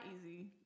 easy